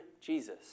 Jesus